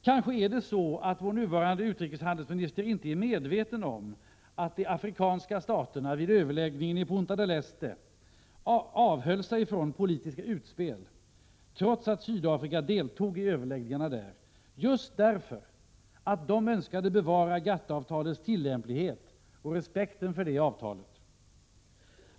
Kanske är vår nuvarande utrikeshandelsminister inte medveten om att de afrikanska staterna vid överläggningarna i Punta del Este avhöll sig från politiska utspel trots att Sydafrika deltog i överläggningarna där, just därför att de önskade bevara GATT-avtalets tillämplighet och respekten för detta avtal.